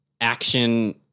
action